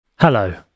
Hello